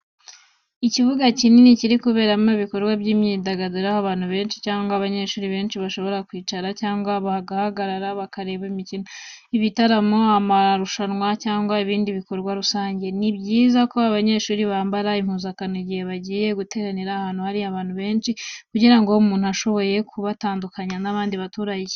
Ikibuga kinini kiberamo ibikorwa by'imyidagaduro, aho abantu benshi cyangwa abanyeshuri bashobora kwicara cyangwa bagahagarara bareba imikino, ibitaramo, amarushanwa cyangwa ibindi bikorwa rusange. Ni byiza ko abanyeshuri bambara impuzankano igihe bagiye guteranira ahantu hari abantu benshi, kugira ngo umuntu ashobore kubatandukanya n'abandi baturage.